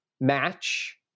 match